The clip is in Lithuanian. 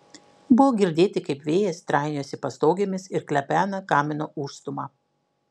buvo girdėti kaip vėjas trainiojasi pastogėmis ir klabena kamino užstūmą